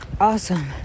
awesome